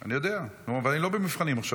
אני יודע, אבל אני לא במבחנים עכשיו.